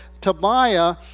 Tobiah